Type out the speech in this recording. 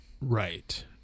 right